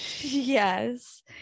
yes